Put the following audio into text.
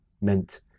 meant